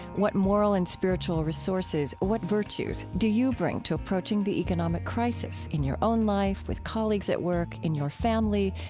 what moral and spiritual resources, what virtues, do you bring to approaching the economic crisis in your own life with colleagues at work, in your family,